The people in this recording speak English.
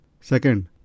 Second